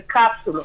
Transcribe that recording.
בקפסולות,